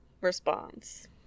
response